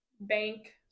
Bank